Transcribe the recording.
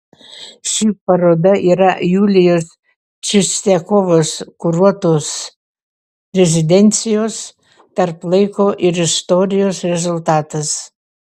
ši paroda yra julijos čistiakovos kuruotos rezidencijos tarp laiko ir istorijos rezultatas